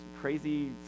crazy